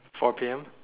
four P_M